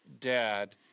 dad